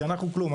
כי אנחנו כלום,